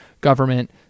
government